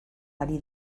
ari